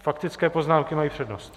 Faktické poznámky mají přednost.